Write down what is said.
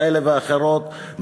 כאלה ואחרות,